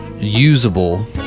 usable